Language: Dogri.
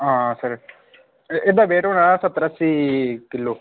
हां सर एह्दा वेट होना स्हत्तर अस्सी किल्लो